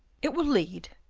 it will lead,